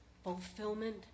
Fulfillment